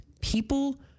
people